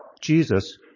Jesus